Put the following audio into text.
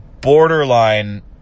borderline